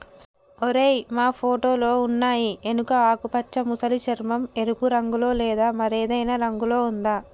ఓరై మా ఫోటోలో ఉన్నయి ఎనుక ఆకుపచ్చ మసలి చర్మం, ఎరుపు రంగులో లేదా మరేదైనా రంగులో ఉందా